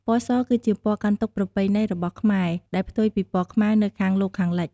ពណ៌ស គឺជាពណ៌កាន់ទុក្ខប្រពៃណីរបស់ខ្មែរ ដែលផ្ទុយពីពណ៌ខ្មៅនៅលោកខាងលិច។